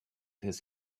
his